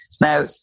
Now